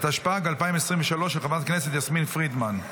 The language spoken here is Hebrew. התשפ"ג 2023, של חברת הכנסת יסמין פרידמן.